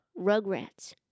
Rugrats